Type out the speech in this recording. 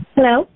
Hello